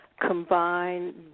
combine